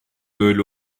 böyle